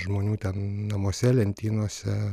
žmonių ten namuose lentynose